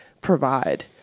provide